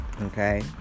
Okay